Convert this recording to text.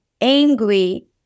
angry